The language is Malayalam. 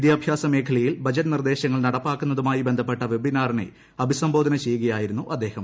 വിദ്യാഭ്യാസ മേഖലയിൽ ബജറ്റ് നിർദേശങ്ങൾ നടപ്പാക്കുന്നതുമായി ബന്ധപ്പെട്ട വെബ്ബിനാറിനെ അഭിസംബോധന ചെയ്യുകയായിരുന്നു അദ്ദേഹം